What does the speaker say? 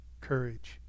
courage